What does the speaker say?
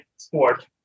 sport